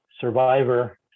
survivor